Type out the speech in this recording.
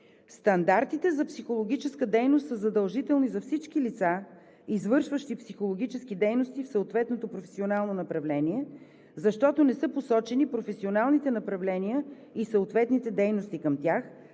стандартите за психологическа дейност са задължителни за всички лица, извършващи психологически дейности в съответното професионално направление, защото не са посочени професионалните направления и съответните дейности към тях,